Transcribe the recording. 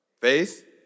Faith